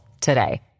today